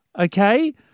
Okay